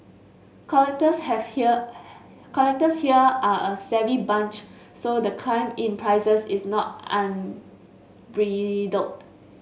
collectors have here collectors here are a savvy bunch so the climb in prices is not unbridled